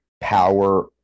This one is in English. Power